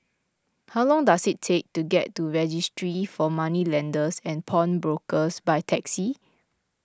how long does it take to get to Registry for Moneylenders and Pawnbrokers by taxi